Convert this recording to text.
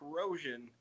corrosion